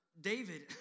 David